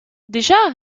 déjà